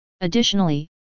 Additionally